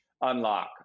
unlock